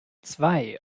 zwei